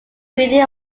breeding